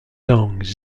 langues